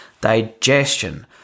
Digestion